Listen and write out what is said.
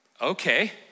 Okay